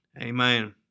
amen